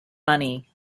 money